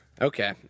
Okay